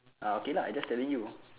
ah okay lah I just telling you